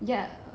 ya